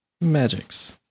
Magics